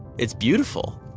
it's beautiful!